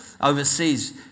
overseas